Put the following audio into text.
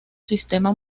sistema